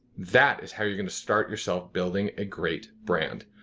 that is how you're going to start yourself building a great brand.